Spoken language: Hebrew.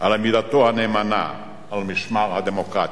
על עמידתו הנאמנה על משמר הדמוקרטיה,